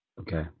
Okay